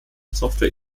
software